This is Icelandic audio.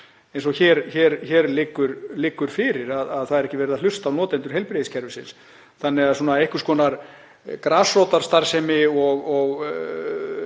eins og hér liggur fyrir, að það sé ekki verið að hlusta á notendur heilbrigðiskerfisins. Þannig að einhvers konar grasrótarstarfsemi og